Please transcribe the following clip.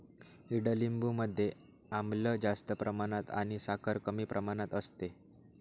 ईडलिंबू मध्ये आम्ल जास्त प्रमाणात आणि साखर कमी प्रमाणात असते